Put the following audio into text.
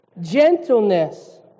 Gentleness